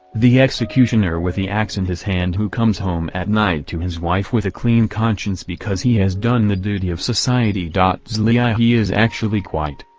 the executioner with the axe in his hand who comes home at night to his wife with a clean conscience because he has done the duty of society xliii ah he is actually quite,